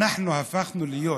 אנחנו הפכנו להיות,